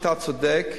אתה צודק,